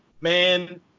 man